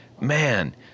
man